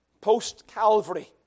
post-Calvary